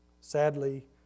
Sadly